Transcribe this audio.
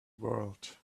world